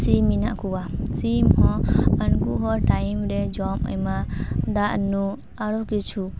ᱥᱤᱢ ᱢᱮᱱᱟᱜ ᱠᱚᱣᱟ ᱥᱤᱢ ᱦᱚᱸ ᱟᱱᱠᱩ ᱦᱚᱸ ᱴᱟᱭᱤᱢ ᱨᱮ ᱡᱚᱢ ᱮᱢᱟ ᱫᱟᱜ ᱧᱩ ᱟᱨᱚ ᱠᱤᱪᱷᱩ